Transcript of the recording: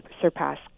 surpass